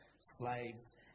slaves